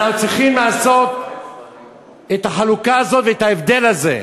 אנחנו צריכים לעשות את החלוקה הזאת ואת ההבדל הזה.